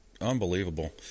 Unbelievable